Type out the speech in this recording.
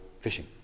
fishing